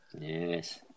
Yes